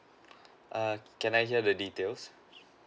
err can I hear the details